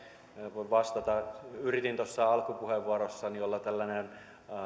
voin vastata yritin tuossa alkupuheenvuorossani olla tällainen